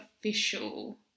official